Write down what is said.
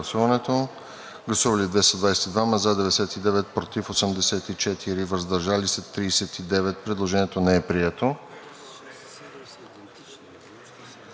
представители: за 99, против 84, въздържали се 39. Предложението не е прието.